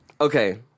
Okay